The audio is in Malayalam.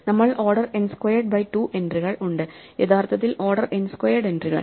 നമ്മൾ ഓർഡർ n സ്ക്വയർഡ് ബൈ 2 എൻട്രികൾ ഉണ്ട് യഥാർത്ഥത്തിൽ ഓർഡർ n സ്ക്വയർഡ് എൻട്രികൾ